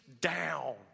down